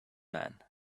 man